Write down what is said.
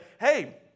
hey